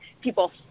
people